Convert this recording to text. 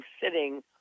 sitting